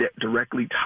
directly